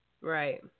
Right